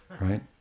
right